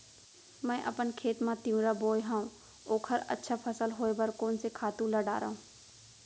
मैं अपन खेत मा तिंवरा बोये हव ओखर अच्छा फसल होये बर कोन से खातू ला डारव?